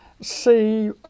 see